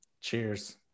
Cheers